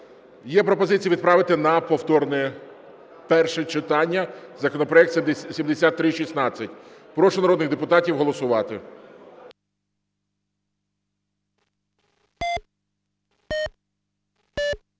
пропозицію відправити на повторне друге читання законопроект 6199. Прошу народних депутатів голосувати.